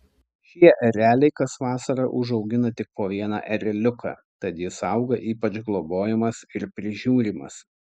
šie ereliai kas vasarą užaugina tik po vieną ereliuką tad jis auga ypač globojamas ir prižiūrimas